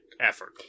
effort